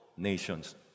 nations